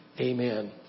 Amen